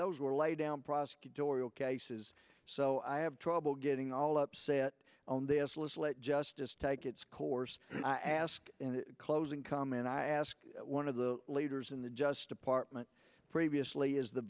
those were laydown prosecutorial cases so i have trouble getting all upset on this list let justice take its course ask closing comment i asked one of the leaders in the just department previously is the